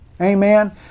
Amen